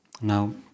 Now